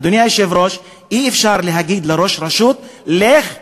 אדוני היושב-ראש, אי-אפשר להגיד לראש רשות: לך,